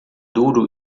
duro